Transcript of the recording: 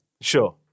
Sure